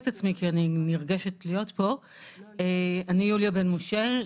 אני יוליה בן משה,